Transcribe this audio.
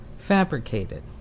fabricated